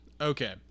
Okay